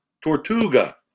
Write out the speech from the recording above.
Tortuga